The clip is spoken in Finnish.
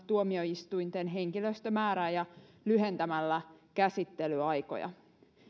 tuomioistuinten henkilöstömäärää ja lyhentämällä käsittelyaikoja